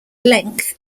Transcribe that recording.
length